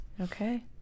Okay